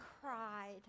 cried